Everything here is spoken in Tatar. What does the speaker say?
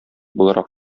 буларак